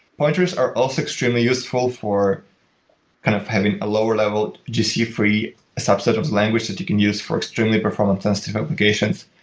pointers are also extremely useful for kind of having a lower level gc free subset of language that you can use for extremely performance sensitive applications.